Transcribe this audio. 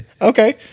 Okay